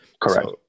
Correct